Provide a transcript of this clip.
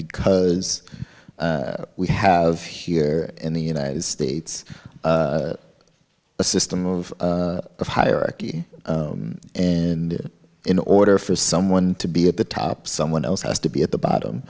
because we have here in the united states a system of hierarchy and in order for someone to be at the top someone else has to be at the bottom